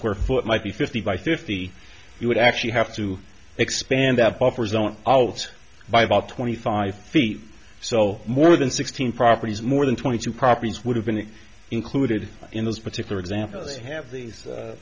square foot might be fifty by fifty we would actually have to expand that buffer zone out by about twenty five feet so more than sixteen properties more than twenty two properties would have been included in this particular example is have these